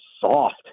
soft